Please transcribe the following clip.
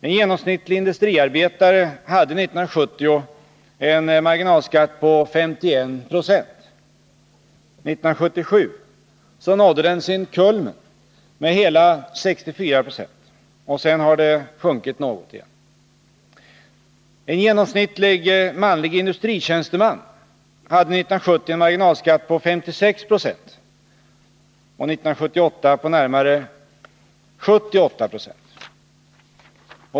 En genomsnittlig industriarbetare hade 1970 en marginalskatt på 51 90. 1977 nådde den sin kulmen med hela 64 96. Sedan har den sjunkit något. En genomsnittlig manlig industritjänsteman hade 1970 en marginalskatt på 56 20 och 1978 på närmare 78 Yo.